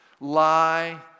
lie